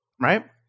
right